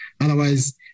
Otherwise